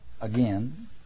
again